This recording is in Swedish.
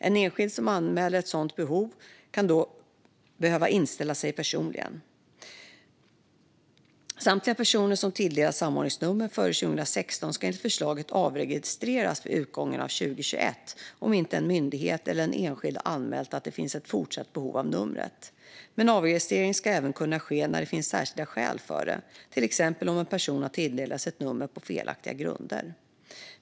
En enskild som anmäler ett fortsatt behov kan då behöva inställa sig personligen. Samtliga personer som tilldelats samordningsnummer före 2016 ska enligt förslaget avregistreras vid utgången av 2021, om inte en myndighet eller den enskilde har anmält att det finns ett fortsatt behov av numret. Avregistrering ska även kunna ske när det finns särskilda skäl för det, till exempel om en person har tilldelats ett nummer på felaktiga grunder.